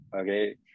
Okay